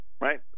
right